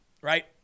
right